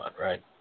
right